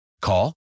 Call